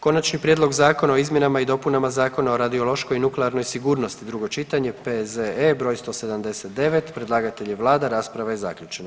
Konačni prijedlog zakona o izmjenama i dopunama Zakona o radiološkoj i nuklearnoj sigurnosti, drugo čitanje, P.Z.E. br. 179, predlagatelj je Vlada, rasprava je zaključena.